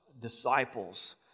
disciples